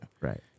Right